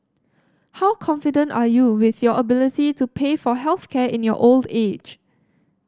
how confident are you with your ability to pay for health care in your old age